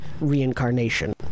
reincarnation